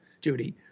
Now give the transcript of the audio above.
Judy